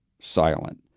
silent